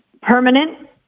permanent